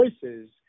choices